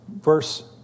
verse